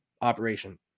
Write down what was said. operation